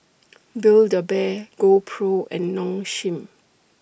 Build A Bear GoPro and Nong Shim